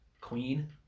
Queen